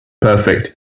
Perfect